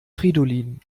fridolin